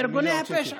מארגוני הפשע.